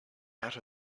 out